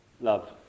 love